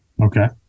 Okay